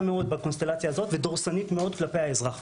מאוד בקונסטלציה הזאת ודורסנית מאוד כלפי האזרח.